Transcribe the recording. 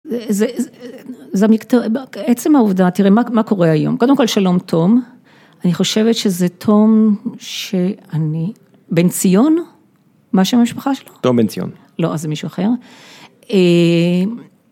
בעצם העובדה, תראה מה קורה היום, קודם כל שלום תום, אני חושבת שזה תום שאני, בן ציון? מה שם המשפחה שלך? תום בן ציון. לא, אז זה מישהו אחר.